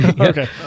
Okay